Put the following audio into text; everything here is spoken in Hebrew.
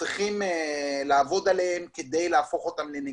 צריכים לעבוד עליהם כדי להפוך אותם לנגישים.